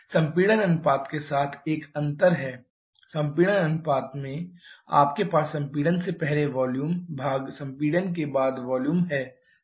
इसलिए संपीड़न अनुपात के साथ एक अंतर है संपीड़न अनुपात में आपके पास संपीड़न से पहले वॉल्यूम भाग संपीड़न के बाद वॉल्यूम है